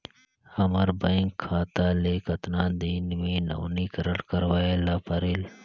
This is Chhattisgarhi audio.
हमर बैंक खाता ले कतना दिन मे नवीनीकरण करवाय ला परेल?